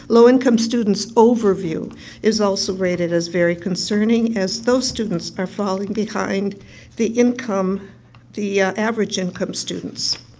lower income students overview is also rated as very concerning as those students are falling behind the income the average income students.